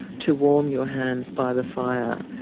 to warm your hands by the fire,